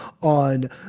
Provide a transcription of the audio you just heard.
on